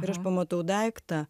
ir aš pamatau daiktą